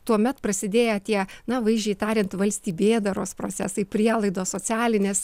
tuomet prasidėję tie na vaizdžiai tariant valstybėdaros procesai prielaidos socialinės